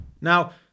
Now